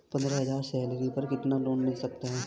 पंद्रह हज़ार की सैलरी पर कितना लोन मिल सकता है?